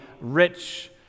rich